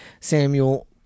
Samuel